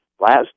last